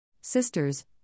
sisters